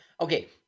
Okay